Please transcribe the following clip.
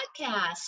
podcast